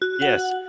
Yes